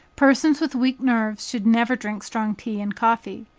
persons with weak nerves should never drink strong tea and coffee.